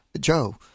Joe